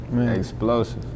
explosive